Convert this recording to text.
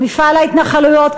במפעל ההתנחלויות,